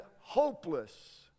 hopeless